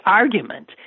argument